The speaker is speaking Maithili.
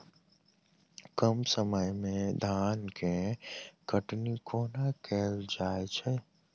कम समय मे धान केँ कटनी कोना कैल जाय छै?